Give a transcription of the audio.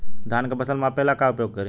धान के फ़सल मापे ला का उपयोग करी?